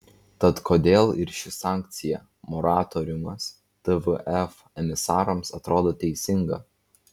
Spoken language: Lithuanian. tad kodėl ir ši sankcija moratoriumas tvf emisarams atrodo teisinga